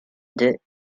deux